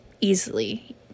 easily